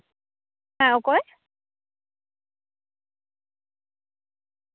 ᱦᱮᱸ ᱚᱠᱚᱭ